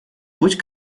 путь